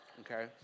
okay